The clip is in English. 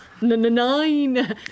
Nine